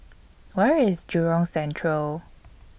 Where IS Jurong Central